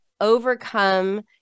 overcome